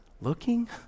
looking